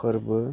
फोरबो